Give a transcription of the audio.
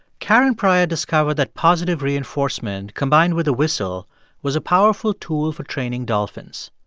karen pryor discovered that positive reinforcement combined with a whistle was a powerful tool for training dolphins.